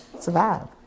survive